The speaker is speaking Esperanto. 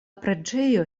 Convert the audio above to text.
preĝejo